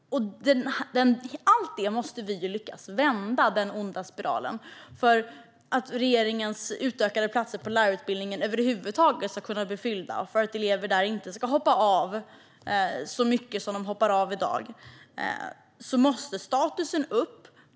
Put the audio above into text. Denna onda spiral måste vi vända. För att regeringens utökade antal platser på lärarutbildningen över huvud taget ska kunna fyllas och för att elever där inte ska hoppa av i så stor utsträckning som i dag måste statusen öka.